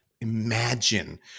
imagine